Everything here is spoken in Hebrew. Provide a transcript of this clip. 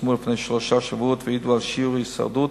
שפורסמו לפני כשלושה שבועות והעידו על שיעור הישרדות